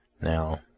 Now